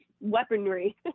weaponry